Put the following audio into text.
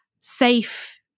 safe